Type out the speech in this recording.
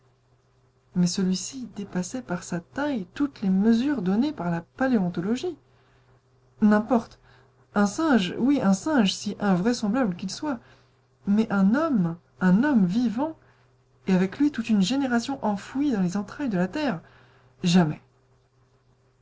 mais celui-ci dépassait par sa taille toutes les mesures données par la paléontologie n'importe un singe oui un singe si invraisemblable qu'il soit mais un homme un homme vivant et avec lui toute une génération enfouie dans les entrailles de la terre jamais